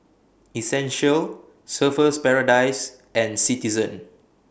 Essential Surfer's Paradise and Citizen